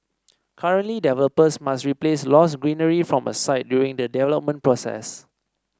currently developers must replace lost greenery from a site during the development process